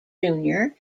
junior